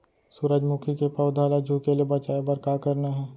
सूरजमुखी के पौधा ला झुके ले बचाए बर का करना हे?